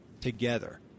together